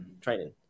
training